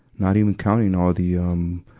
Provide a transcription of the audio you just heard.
not even counting all the, um,